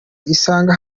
isanga